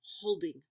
holding